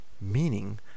meaning